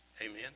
Amen